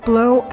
Blow